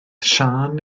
siân